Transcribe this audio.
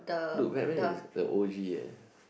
look Batman is the O G ah